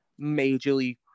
Majorly